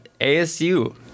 ASU